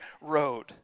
road